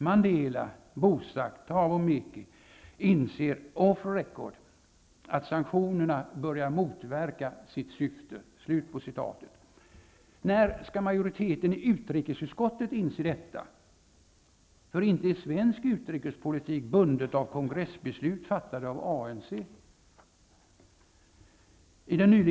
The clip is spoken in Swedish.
Mandela, Boesak, Thabo Mbeki inser, off record, att sanktionerna börjat motverka sitt syfte.'' När skall majoriteten i utrikesutskottet inse det? För inte är väl svensk utrikespolitik bundet av komgressbeslut, fattade av ANC?